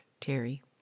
Terry